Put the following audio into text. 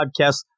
Podcast